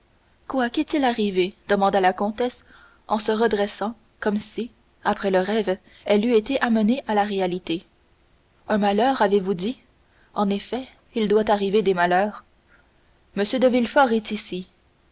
quoi qu'est-il arrivé demanda la comtesse en se redressant comme si après le rêve elle eût été amenée à la réalité un malheur avez-vous dit en effet il doit arriver des malheurs m de villefort est ici